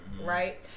right